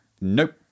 Nope